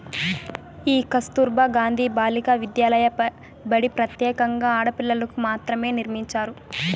ఈ కస్తుర్బా గాంధీ బాలికా విద్యాలయ బడి ప్రత్యేకంగా ఆడపిల్లలకు మాత్రమే నిర్మించారు